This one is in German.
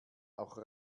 auch